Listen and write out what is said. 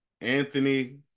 Anthony